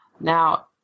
Now